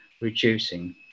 reducing